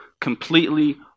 completely